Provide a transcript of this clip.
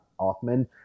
Offman